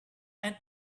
and